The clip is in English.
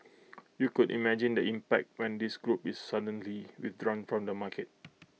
you could imagine the impact when this group is suddenly withdrawn from the market